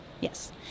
yes